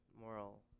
moral